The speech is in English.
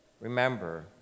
remember